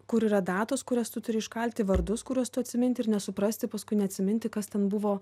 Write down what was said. kur yra datos kurias tu turi iškalti vardus kuriuos tu atsiminti ir nesuprasti paskui neatsiminti kas ten buvo